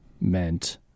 meant